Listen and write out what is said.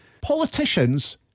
politicians